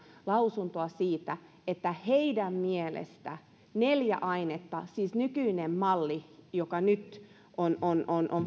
lausuntoa siitä että heidän mielestään neljä ainetta siis nykyinen malli joka nyt on on